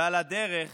ועל הדרך